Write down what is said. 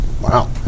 Wow